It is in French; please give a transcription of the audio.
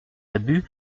abus